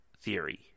theory